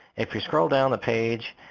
if you scroll down the page